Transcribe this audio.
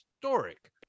historic